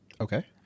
Okay